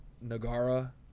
Nagara